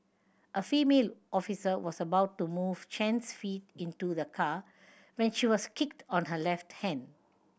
a female officer was about to move Chen's feet into the car when she was kicked on her left hand